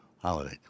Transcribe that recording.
holiday